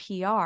PR